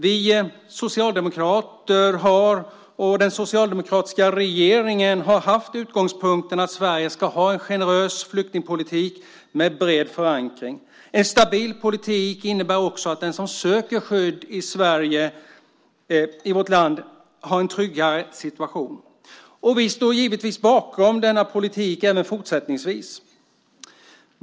Vi socialdemokrater och den socialdemokratiska regeringen har haft utgångspunkten att Sverige ska ha en generös flyktingpolitik med bred förankring. En stabil politik innebär också att den som söker skydd i vårt land har en tryggare situation. Vi står givetvis bakom denna politik även fortsättningsvis.